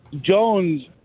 Jones